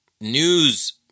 news